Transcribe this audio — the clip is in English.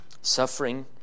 Suffering